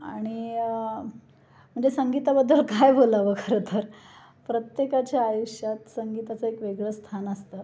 आणि म्हणजे संगीताबद्दल काय बोलावं खरं तर प्रत्येकाच्या आयुष्यात संगीताचं एक वेगळं स्थान असतं